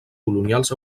colonials